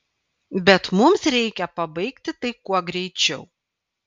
bet mums reikia pabaigti tai kuo greičiau